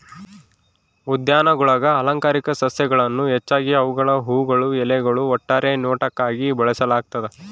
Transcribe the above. ಉದ್ಯಾನಗುಳಾಗ ಅಲಂಕಾರಿಕ ಸಸ್ಯಗಳನ್ನು ಹೆಚ್ಚಾಗಿ ಅವುಗಳ ಹೂವುಗಳು ಎಲೆಗಳು ಒಟ್ಟಾರೆ ನೋಟಕ್ಕಾಗಿ ಬೆಳೆಸಲಾಗ್ತದ